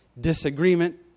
disagreement